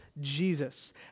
Jesus